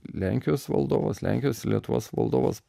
lenkijos valdovas lenkijos ir lietuvos valdovas